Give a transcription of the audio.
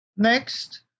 Next